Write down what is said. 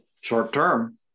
short-term